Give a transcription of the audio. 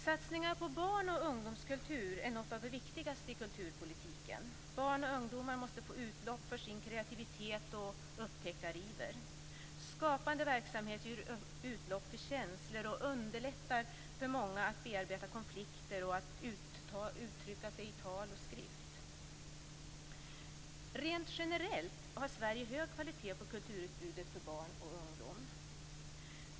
Satsningar på barn och ungdomskultur är något av det viktigaste i kulturpolitiken. Barn och ungdomar måste få utlopp för sin kreativitet och upptäckariver. Skapande verksamhet ger utlopp för känslor och underlättar för många att bearbeta konflikter och att uttrycka sig i tal och skrift. Rent generellt har Sverige hög kvalitet på kulturutbudet för barn och ungdom.